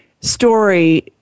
story